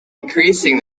increasing